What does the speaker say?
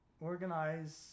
organize